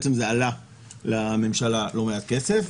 זה עלה לממשלה לא מעט כסף.